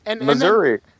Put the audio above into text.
Missouri